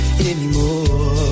anymore